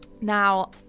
now